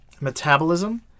metabolism